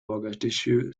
mogadishu